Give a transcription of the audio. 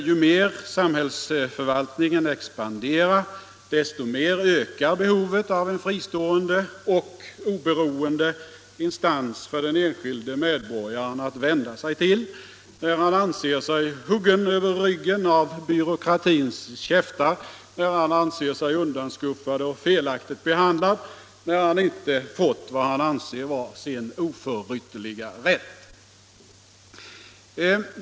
Ju mer samhällsförvaltningen expanderar, desto mer ökar behovet av en fristående och oberoende instans för den enskilde medborgaren att vända sig till när han anser sig huggen över ryggen av byråkratins käftar, när han anser sig undanskuffad och felaktigt behandlad, när han inte fått vad han anser vara sin oförytterliga rätt.